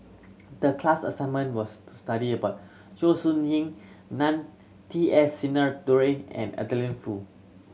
the class assignment was to study about Zhou Ying Nan T S Sinnathuray and Adeline Foo